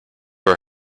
were